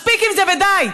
מספיק עם זה ודי.